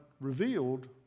revealed